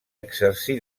exercí